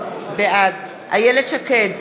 בעד איילת שקד,